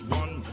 one